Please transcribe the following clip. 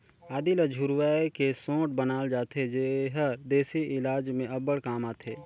आदी ल झुरवाए के सोंठ बनाल जाथे जेहर देसी इलाज में अब्बड़ काम आथे